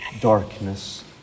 darkness